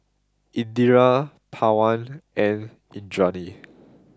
Indira Pawan and Indranee